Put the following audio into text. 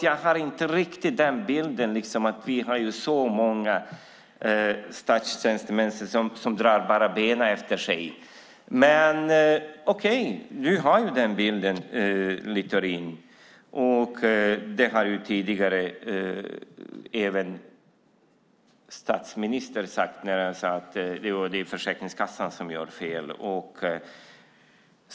Jag har inte riktigt bilden att vi har så många statstjänstemän som drar benen efter sig, men du har den visst, Littorin, och även statsministern har gett uttryck för den när han sade att det var Försäkringskassan som gjorde fel.